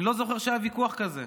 אני לא זוכר שהיה ויכוח כזה.